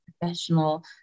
professional